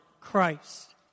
Christ